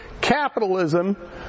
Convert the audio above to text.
capitalism